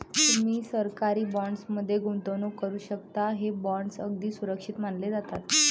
तुम्ही सरकारी बॉण्ड्स मध्ये गुंतवणूक करू शकता, हे बॉण्ड्स अगदी सुरक्षित मानले जातात